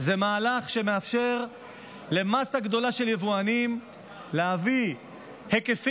זה מהלך שמאפשר למאסה גדולה של יבואנים להביא היקפים